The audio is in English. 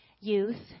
youth